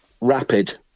rapid